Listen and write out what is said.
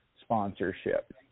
sponsorship